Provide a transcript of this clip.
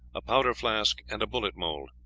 a powder flask, and a bullet mold.